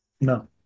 No